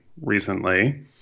recently